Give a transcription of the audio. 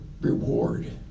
reward